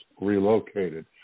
relocated